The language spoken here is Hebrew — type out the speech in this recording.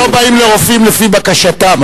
אנחנו לא באים לרופאים לפי בקשתם,